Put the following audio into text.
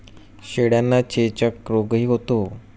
शेळ्यांना चेचक रोगही होतो